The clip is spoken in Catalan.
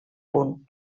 punt